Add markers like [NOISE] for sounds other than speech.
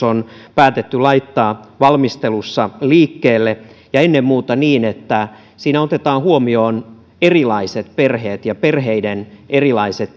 [UNINTELLIGIBLE] on päätetty laittaa valmistelussa liikkeelle ja ennen muuta niin että siinä otetaan huomioon erilaiset perheet ja perheiden erilaiset [UNINTELLIGIBLE]